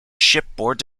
shipboard